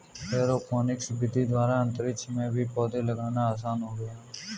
aeroponics विधि द्वारा अंतरिक्ष में भी पौधे लगाना आसान हो गया है